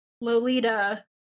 Lolita